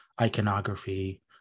iconography